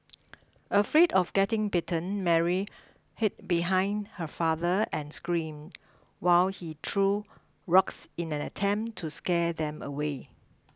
afraid of getting bitten Mary hid behind her father and screamed while he threw rocks in an attempt to scare them away